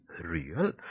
real